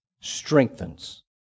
strengthens